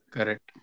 Correct